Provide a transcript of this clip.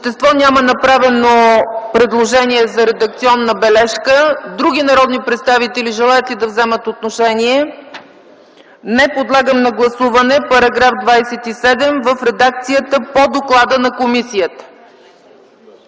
същество няма предложение за редакционна бележка. Има ли други народни представители, желаещи да вземат отношение? Не. Подлагам на гласуване § 28 в редакцията по доклада на комисията.